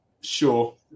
Sure